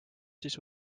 siis